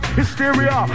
hysteria